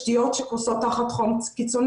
זה פוגע בתשתיות שקורסות תחת חום קיצוני.